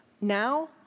now